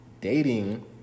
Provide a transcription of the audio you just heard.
Dating